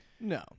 No